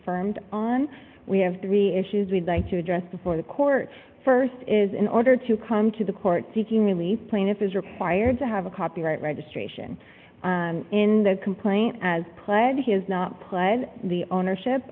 affirmed on we have three issues we'd like to address before the court st is in order to come to the court seeking relief plaintiff is required to have a copyright registration in the complaint as a player has not played the ownership